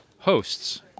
hosts